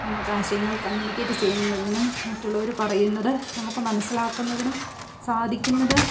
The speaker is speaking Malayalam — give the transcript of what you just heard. നമുക്ക് ആശയങ്ങൾ കമ്മ്യൂണിക്കേറ്റ് ചെയ്യുന്നതിനും മറ്റുള്ളവർ പറയുന്നത് നമുക്ക് മനസ്സിലാക്കുന്നതിനും സാധിക്കുന്നത്